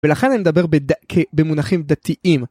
ולכן אני מדבר...במונחים דתיים.